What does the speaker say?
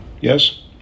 Yes